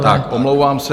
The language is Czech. Tak, omlouvám se.